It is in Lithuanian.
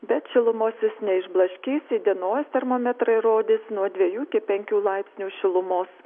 bet šilumos jis neišblaškys įdienojus termometrai rodys nuo dvejų iki penkių laipsnių šilumos